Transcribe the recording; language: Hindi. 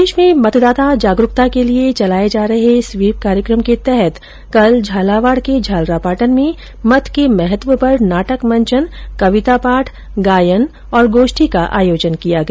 प्रदेश में मतदाता जागरूकता के लिये चलाये जा रहे स्वीप कार्यक्रम के तहत कल झालावाड के झालरापाटन में मत के महत्व पर नाटक मंचन कविता पाठ गायन और गोष्ठी का आयोजन किया गया